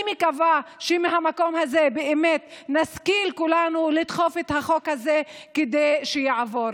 אני מקווה שמהמקום הזה באמת נשכיל כולנו לדחוף את החוק הזה כדי שיעבור.